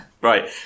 Right